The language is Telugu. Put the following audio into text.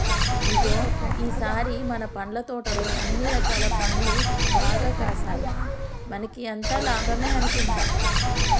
ఇగో ఈ సారి మన పండ్ల తోటలో అన్ని రకాల పండ్లు బాగా కాసాయి మనకి అంతా లాభమే అనుకుంటా